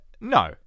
no